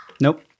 Nope